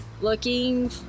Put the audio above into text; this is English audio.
looking